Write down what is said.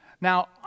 Now